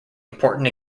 important